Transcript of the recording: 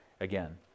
again